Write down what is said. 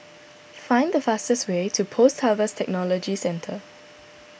find the fastest way to Post Harvest Technology Centre